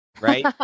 right